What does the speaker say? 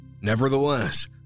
Nevertheless